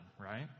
right